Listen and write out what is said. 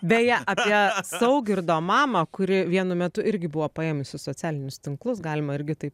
beje apie saugirdo mamą kuri vienu metu irgi buvo paėmusi socialinius tinklus galima irgi taip